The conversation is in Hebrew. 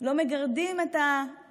הם לא מגרדים את הקרקעית